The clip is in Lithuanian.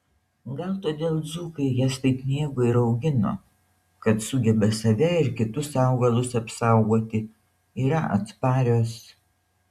gal todėl dzūkai jas taip mėgo ir augino kad sugeba save ir kitus augalus apsaugoti yra atsparios